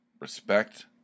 respect